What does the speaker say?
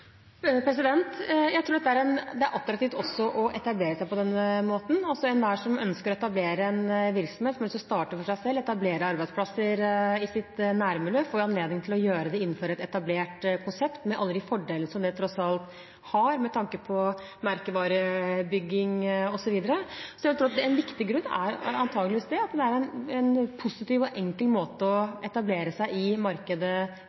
Jeg tror det også er attraktivt å etablere seg på denne måten, altså at enhver som ønsker å etablere en virksomhet, og som har lyst til å starte for seg selv, etablere arbeidsplasser i sitt nærmiljø, får anledning til å gjøre det innenfor et etablert konsept med alle de fordelene det tross alt har med tanke på merkevarebygging osv. Så jeg vil tro at det antagelig er en viktig grunn, at det er en positiv og enkel måte å etablere seg i markedet